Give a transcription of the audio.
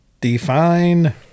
define